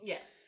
Yes